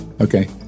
Okay